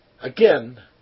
Again